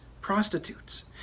prostitutes